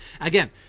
Again